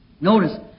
Notice